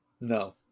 No